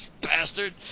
bastard